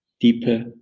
deeper